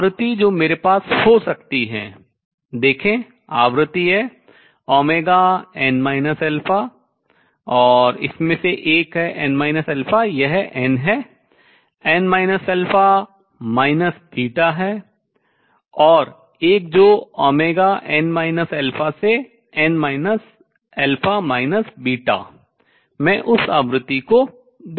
आवृत्ति जो मेरे पास हो सकती है देखें आवृत्ति है nn और इसमें से एक है n यह n है n है और एक जो n से n मैं उस आवृत्ति को देख सकता हूँ